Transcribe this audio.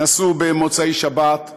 נסעו במוצאי שבת,